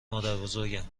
مادربزرگم